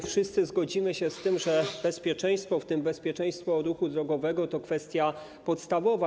Wszyscy zgodzimy się z tym, że bezpieczeństwo - w tym bezpieczeństwo ruchu drogowego - to kwestia podstawowa.